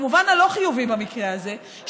במובן הלא-חיובי במקרה הזה,